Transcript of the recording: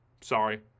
Sorry